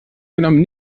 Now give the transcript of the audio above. genommen